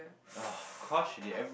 of course she did everyone